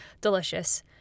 delicious